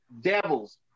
devils